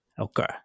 Okay